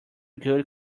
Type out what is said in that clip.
good